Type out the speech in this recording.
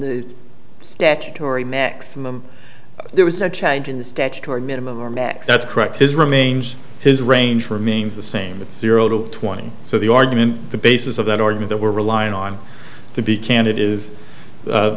the statutory maximum there was a change in the statutory minimum or max that's correct his remains his range remains the same with zero to twenty so the argument the basis of that organ that we're relying on to be candid is